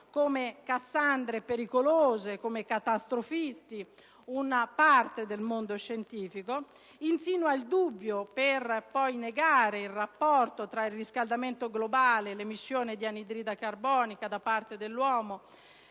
come Cassandre pericolose e catastrofiste una parte del mondo scientifico; insinua il dubbio - per poi negarlo - sul rapporto tra il riscaldamento globale e l'emissione di anidride carbonica da parte dell'uomo;